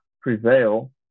prevail